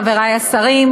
חברי השרים,